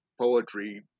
poetry